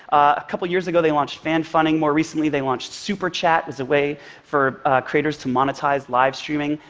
a couple years ago, they launched fan funding more recently, they launched super chat as a way for creators to monetize live streaming.